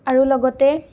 আৰু লগতে